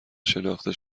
شناخته